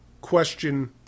question